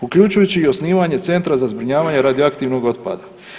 Uključujući i osnivanje Centra za zbrinjavanje radioaktivnog otpada.